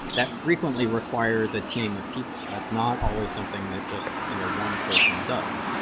that frequently requires a team of people. that's not always something that just you know one person does.